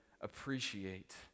appreciate